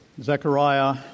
Zechariah